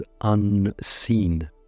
unseen